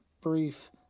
brief